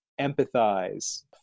empathize